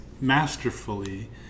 masterfully